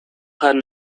харин